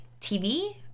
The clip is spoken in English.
TV